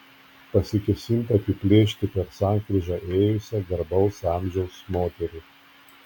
pasikėsinta apiplėšti per sankryžą ėjusią garbaus amžiaus moterį